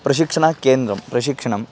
प्रशिक्षणकेन्द्रं प्रशिक्षणं